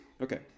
Okay